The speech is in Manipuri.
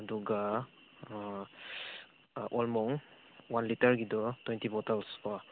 ꯑꯗꯨꯒ ꯑꯥ ꯑꯣꯜ ꯃꯣꯡ ꯋꯥꯟ ꯂꯤꯇꯔꯒꯤꯗꯨ ꯇ꯭ꯋꯦꯟꯇꯤ ꯕꯣꯇꯜꯁ ꯀꯣ